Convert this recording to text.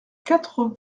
quatre